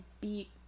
beat